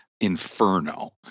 inferno